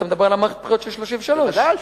אתה מדבר על מערכת הבחירות של 1933. בוודאי.